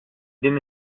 den